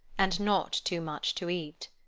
and not too much to eat.